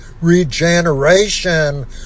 regeneration